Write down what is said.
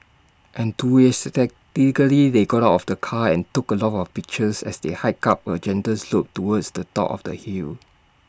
they got out of the car and took A lot of pictures as they hiked up A gentle slope towards the top of the hill